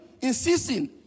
insisting